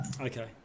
okay